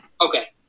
Okay